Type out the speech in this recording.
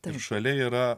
teršalų yra